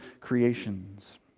creations